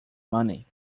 money